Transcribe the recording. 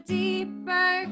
deeper